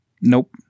Nope